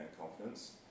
confidence